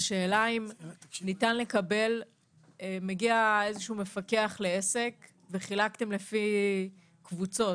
מגיע איזשהו מפקח לעסק וחילקתם לפי קבוצות.